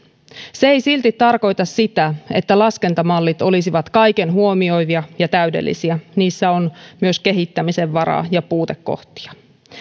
se ei silti tarkoita sitä että laskentamallit olisivat kaiken huomioivia ja täydellisiä niissä on myös kehittämisen varaa ja puutekohtia